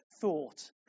thought